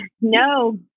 no